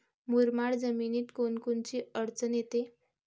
मुरमाड जमीनीत कोनकोनची अडचन येते?